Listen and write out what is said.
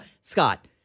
Scott